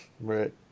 Right